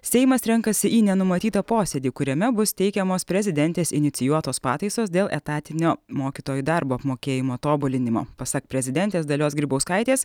seimas renkasi į nenumatytą posėdį kuriame bus teikiamos prezidentės inicijuotos pataisos dėl etatinio mokytojų darbo apmokėjimo tobulinimo pasak prezidentės dalios grybauskaitės